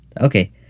Okay